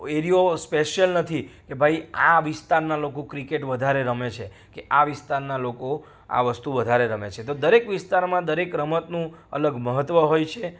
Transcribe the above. એરિયો સ્પેશ્યલ નથી કે ભાઈ આ વિસ્તારના લોકો ક્રિકેટ વધારે રમે છે કે આ વિસ્તારના લોકો આ વસ્તુ વધારે રમે છે તો દરેક વિસ્તારમાં દરેક રમતનું અલગ મહત્ત્વ હોય છે